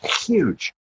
huge